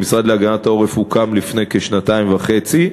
המשרד להגנת העורף הוקם לפני כשנתיים וחצי,